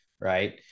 right